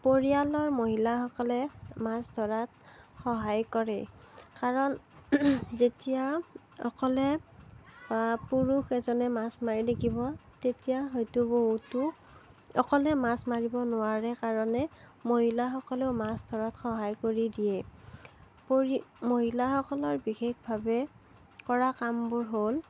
পৰিয়ালৰ মহিলাসকলে মাছ ধৰাত সহায় কৰে কাৰণ যেতিয়া অকলে পুৰুষ এজনে মাছ মাৰি থাকিব তেতিয়া হয়তো বহুতো অকলে মাছ মাৰিব নোৱাৰে কাৰণে মহিলাসকলেও মাছ ধৰাত সহায় কৰি দিয়ে মহিলাসকলৰ বিশেষভাৱে কৰা কামবোৰ হ'ল